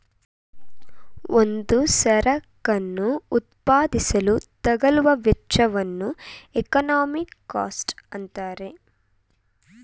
ಒಂದು ಸರಕನ್ನು ಉತ್ಪಾದಿಸಲು ತಗಲುವ ವೆಚ್ಚವನ್ನು ಎಕಾನಮಿಕ್ ಕಾಸ್ಟ್ ಎನ್ನುತ್ತಾರೆ